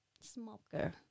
smoker